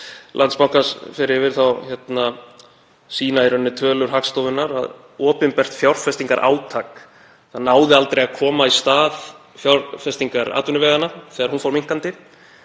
Landsbankans fer yfir sýna tölur Hagstofunnar að opinbert fjárfestingarátak náði aldrei að koma í stað fjárfestingar atvinnuveganna þegar hún fór minnkandi.